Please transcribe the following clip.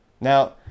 Now